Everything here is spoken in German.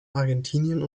argentinien